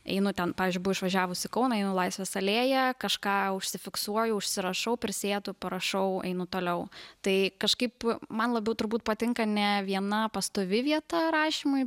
einu ten pavyzdžiui buvau išvažiavus į kauną einu laisvės alėja kažką užsifiksuoju užsirašau prisėdu parašau einu toliau tai kažkaip man labiau turbūt patinka ne viena pastovi vieta rašymui